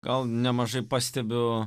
gal nemažai pastebiu